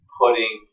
putting